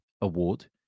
award